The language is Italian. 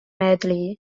medley